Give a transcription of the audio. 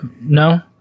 No